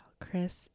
Chris